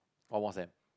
on Whatsapp